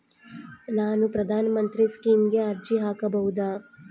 ನಾನು ಪ್ರಧಾನ ಮಂತ್ರಿ ಸ್ಕೇಮಿಗೆ ಅರ್ಜಿ ಹಾಕಬಹುದಾ?